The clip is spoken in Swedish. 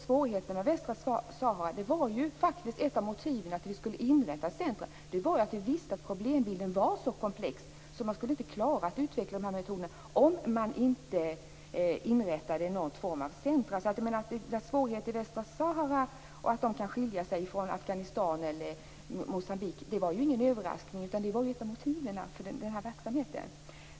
Svårigheten med Västsahara var ju faktiskt ett av motiven till att vi skulle inrätta ett centrum. Vi visste ju att problembilden var så komplex att man inte skulle klara av att utveckla dessa metoder om man inte inrättade någon form av centrum. Att det är svårigheter i Västsahara, och att dessa kan skilja sig från Afghanistan eller Moçambique var ju ingen överraskning, utan det var ju ett av motiven för den här verksamheten.